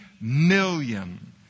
million